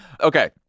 Okay